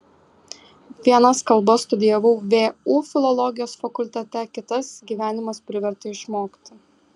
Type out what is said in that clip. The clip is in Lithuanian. vienas kalbas studijavau vu filologijos fakultete kitas gyvenimas privertė išmokti